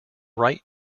right